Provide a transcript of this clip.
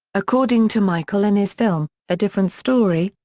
according to michael in his film, a different story,